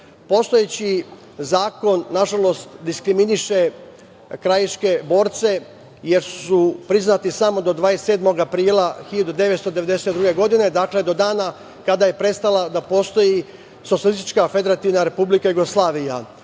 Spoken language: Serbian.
porodica. Postojeći zakon, nažalost, diskriminiše krajiške borce, jer su priznati samo do 27. aprila 1992. godine, dakle do dana kada je prestala da postoji Socijalistička Federativna Republika Jugoslavija.